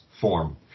form